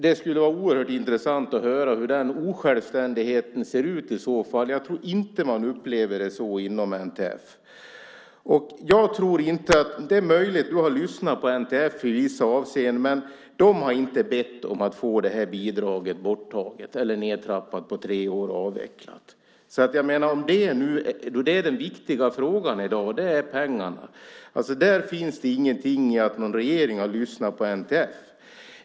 Det skulle vara oerhört intressant att höra hur den osjälvständigheten i så fall ser ut. Jag tror inte att man upplever det så inom NTF. Det är möjligt att du har lyssnat på NTF i vissa avseenden, men de har inte bett om att få det här bidraget borttaget eller nedtrappat och avvecklat på tre år. Det är pengarna som är den viktiga frågan i dag. Där finns det inte något om att en regering har lyssnat på NTF.